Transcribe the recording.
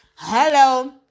Hello